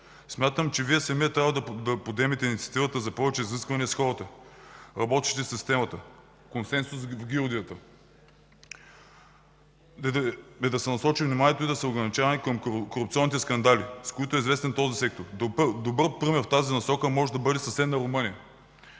Смятам, че Вие самият трябва да подемете инициативата за повече изисквания от хората, работещи в системата, консенсус в гилдията, за да се насочи вниманието към ограничаване на корупционните скандали, с които е известен този сектор. Добър пример в тази насока може да бъде съседна Румъния,